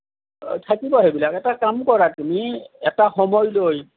থাকিব সেইবিলাক এটা কাম কৰা তুমি এটা সময় লৈ